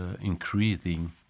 increasing